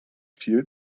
viel